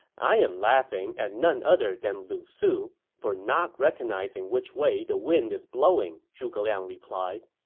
i am laughing at none other than lu su, for not recognizing which way the wind is blowing, zhuge liang replied